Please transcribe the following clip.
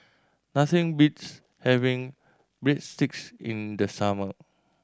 nothing beats having Breadsticks in the summer